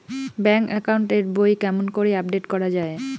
Bank account এর বই কেমন করি আপডেট করা য়ায়?